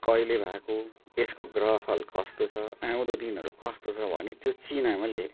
कहिले भएको यसको ग्रह फल कस्तो छ आउँदो दिनहरू कस्तो छ भनी त्यो चिनामा लेख